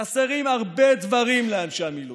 חסרים הרבה דברים לאנשי המילואים,